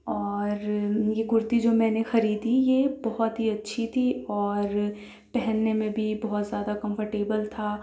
اور یہ کرتی جو میں نے خریدی یہ بہت ہی اچھی تھی اور پہننے میں بھی بہت زیادہ کمفرٹیبل تھا